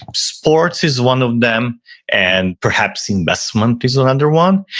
sports is one of them and perhaps, investment is another one.